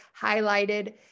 highlighted